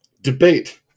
debate